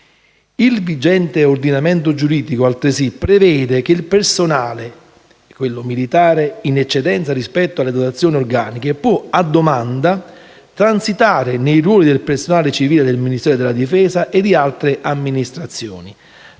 Il vigente ordinamento giuridico, altresì, prevede che il personale militare in eccedenza rispetto alle dotazioni organiche può, a domanda, transitare nei ruoli del personale civile del Ministero della difesa e di altre amministrazioni;